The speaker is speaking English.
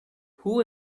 who